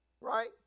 Right